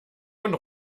und